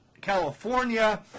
California